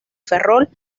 ferrol